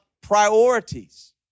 priorities